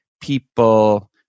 people